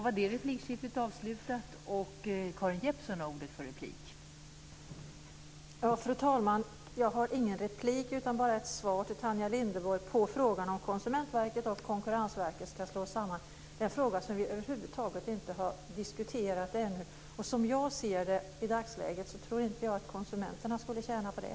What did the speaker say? Fru talman! Jag har ingen replik utan bara ett svar till Tanja Linderborg på frågan om Konsumentverket och Konkurrensverket ska slås samman. Det är en fråga som vi över huvud taget inte har diskuterat ännu. Som jag ser det i dagsläget tror jag inte att konsumenterna skulle tjäna på det.